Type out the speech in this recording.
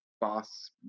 Boss